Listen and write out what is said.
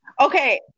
Okay